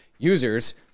users